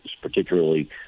particularly